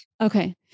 Okay